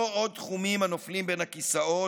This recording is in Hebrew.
לא עוד תחומים הנופלים בין הכיסאות,